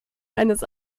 eines